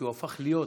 כי הוא הפך להיות,